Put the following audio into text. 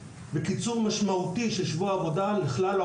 של שבוע העבודה לכלל העובדות והעובדים במשק.